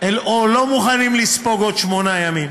או לא מוכנים לספוג עוד שמונה ימים.